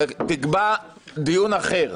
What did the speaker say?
תקבע דיון אחר,